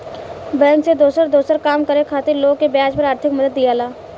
bank से दोसर दोसर काम करे खातिर लोग के ब्याज पर आर्थिक मदद दियाला